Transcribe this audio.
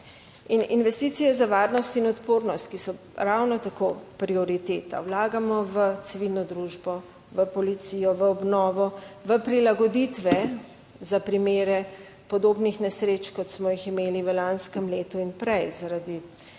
In investicije za varnost in odpornost, ki so ravno tako prioriteta. Vlagamo v civilno družbo, v policijo, v obnovo, v prilagoditve za primere podobnih nesreč kot smo jih imeli v lanskem letu in prej zaradi